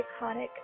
iconic